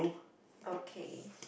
okay